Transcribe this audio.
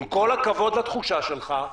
עם כל הכבוד לתחושה שלך,